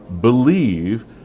believe